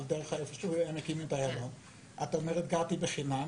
ואת אומרת שגרת חינם.